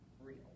real